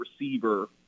receiver